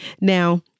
Now